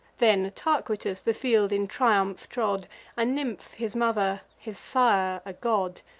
then tarquitus the field in triumph trod a nymph his mother, his sire a god.